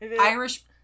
Irish